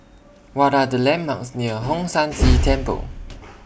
What Are The landmarks near Hong San See Temple